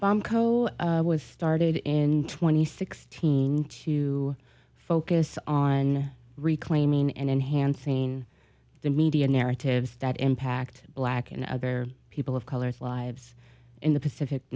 bomb cole with started in twenty sixteen to focus on reclaiming enhancing the media narratives that impact black and other people of color lives in the pacific